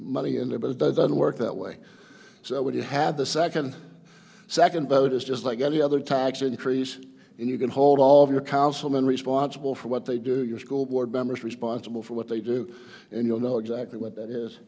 money in there but it doesn't work that way so what you have the second second vote is just like any other tax increase and you can hold all of your councilman responsible for what they do your school board members responsible for what they do and you'll know exactly what that is